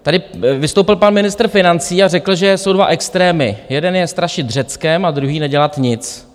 Tady vystoupil pan ministr financí a řekl, že jsou dva extrémy: jeden je strašit Řeckem a druhý nedělat nic.